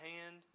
hand